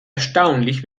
erstaunlich